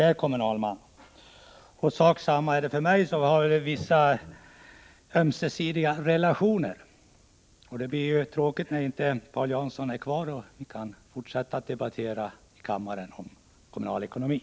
Detsamma gäller för mig, och vi kan därför sägas ha en ömsesidig erfarenhet. Det blir tråkigt när Paul Jansson inte är kvar i kammaren och vi därför inte kan fortsätta att debattera kommunal ekonomi.